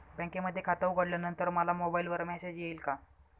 बँकेमध्ये खाते उघडल्यानंतर मला मोबाईलवर मेसेज येईल का?